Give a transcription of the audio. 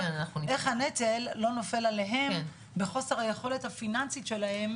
איך הנטל לא נופל עליהם בחוסר היכולת הפיננסית שלהם.